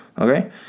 Okay